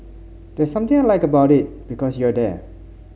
there's something I like about it because you're there